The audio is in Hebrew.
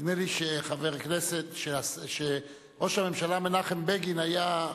נדמה לי, חבר הכנסת, שראש הממשלה מנחם בגין היה,